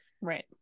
right